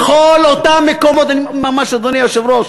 וכל אותם מקומות, ממש, אדוני היושב-ראש,